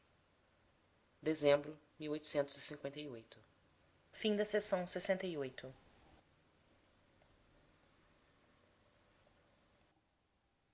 queixumes e os